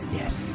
yes